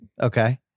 Okay